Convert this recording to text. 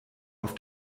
auf